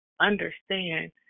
understand